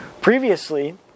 previously